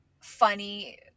funny